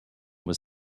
was